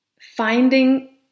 finding